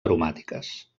aromàtiques